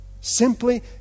Simply